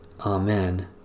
Amen